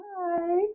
Hi